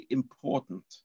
important